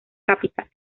capital